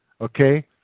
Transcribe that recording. okay